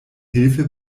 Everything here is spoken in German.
hilfe